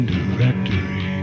Directory